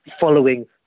following